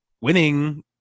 winning